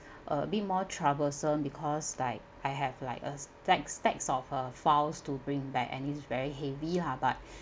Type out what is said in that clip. a bit more troublesome because like I have like a stacks stacks of uh files to bring back and is very heavy lah but